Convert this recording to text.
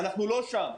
אנחנו לא שם.